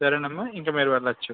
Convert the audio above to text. సరేనమ్మా ఇంక మీరు వెళ్ళచ్చు